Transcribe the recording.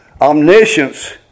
Omniscience